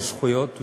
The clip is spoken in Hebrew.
בזכויות,